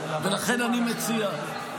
ולכן אני מציע,